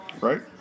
Right